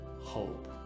hope